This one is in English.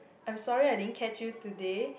I'm sorry I didn't catch you today